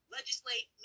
Legislate